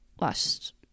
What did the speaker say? last